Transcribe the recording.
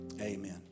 Amen